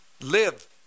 live